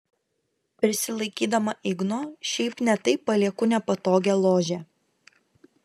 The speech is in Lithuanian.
prisilaikydama igno šiaip ne taip palieku nepatogią ložę